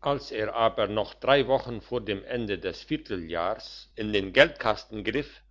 als er aber noch drei wochen vor dem ende des vierteljahrs in den geldkasten griff